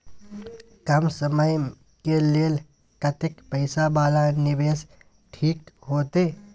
कम समय के लेल कतेक पैसा वाला निवेश ठीक होते?